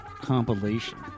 compilation